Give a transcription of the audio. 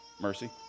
Mercy